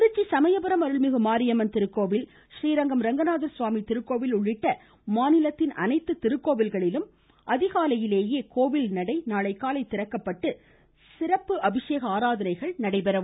திருச்சி சமயபுரம் அருள்மிகு மாரியம்மன் திருக்கோவில் ஸ்ரீரங்கம் அரங்கநாத சுவாமி திருக்கோவில் உள்ளிட்ட மாநிலத்தின் அனைத்து திருக்கோவில்களிலும் அதிகாலையிலேயே கோவில்நடை திறக்கப்பட்டு சிறப்பு அபிஷேக ஆராதனைகள் நடைபெற உள்ளன